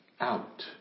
out